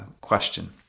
question